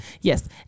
Yes